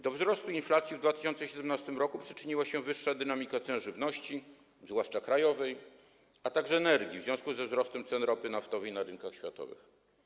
Do wzrostu inflacji w 2017 r. przyczyniła się wyższa dynamika cen żywności, zwłaszcza krajowej, a także energii w związku ze wzrostem cen ropy naftowej na rynkach światowych.